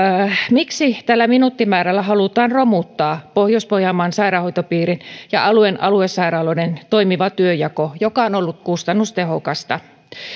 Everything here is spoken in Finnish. miksi tällä minuuttimäärällä halutaan romuttaa pohjois pohjanmaan sairaanhoitopiirin ja alueen aluesairaaloiden toimiva työnjako joka on ollut kustannustehokasta